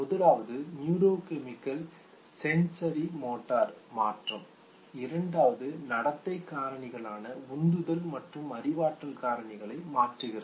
முதலாவது neurochemical சென்சரிமோட்டரின் மாற்றம் இரண்டவது நடத்தை காரணிகளான உந்துதல் மற்றும் அறிவாற்றல் காரணிகளை மாற்றுகிறது